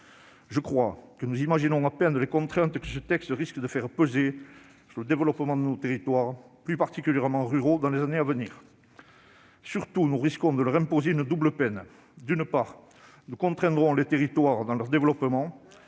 nationale. Nous imaginons à peine les contraintes que ce texte risque de faire peser sur le développement de nos territoires, et tout particulièrement de la ruralité, dans les années à venir. Surtout, nous risquons de leur imposer une double peine : non seulement nous les contraindrons dans leur développement,